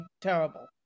terrible